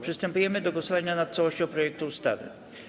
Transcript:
Przystępujemy do głosowania nad całością projektu ustawy.